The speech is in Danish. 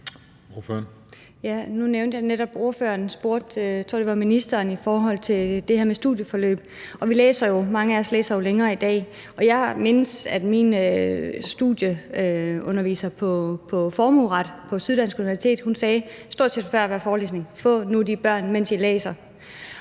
(V): Nu nævnte jeg netop, at ordføreren spurgte – jeg tror, det var ministeren – i forhold til det her med studieforløb, og mange af os læser jo længere i dag. Jeg mindes, at min underviser i formueret på Syddansk Universitet sagde, stort set før hver forelæsning: Få nu de børn, mens I læser!